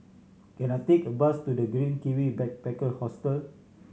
can I take a bus to The Green Kiwi Backpacker Hostel